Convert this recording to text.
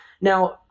Now